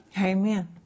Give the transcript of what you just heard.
Amen